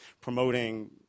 promoting